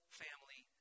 family